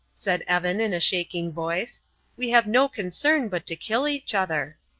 said evan, in a shaking voice we have no concern but to kill each other.